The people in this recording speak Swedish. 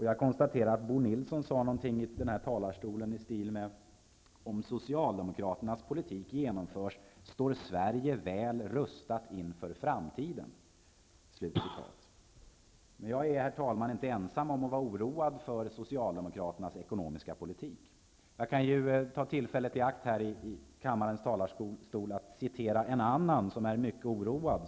Jag konstaterar att Bo Nilsson i talarstolen sade någonting i stil med: Om socialdemokraternas politik genomförs, står Sverige väl rustat inför framtiden. Men jag är, herr talman, inte ensam om att vara oroad för Socialdemokraternas ekonomiska politik. Jag kan ta tillfället i akt att i kammarens talarstol citera en annan person som är mycket oroad.